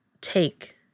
take